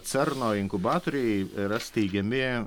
cerno inkubatoriai yra steigiami